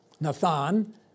Nathan